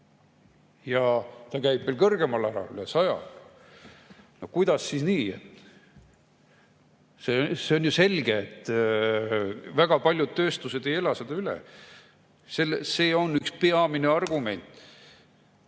ja see käib veel kõrgemal ära, üle 100 [euro]. Kuidas siis nii? See on ju selge, et väga paljud tööstused ei ela seda üle. See on üks peamine [põhjus]